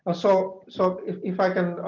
ah so so if if i can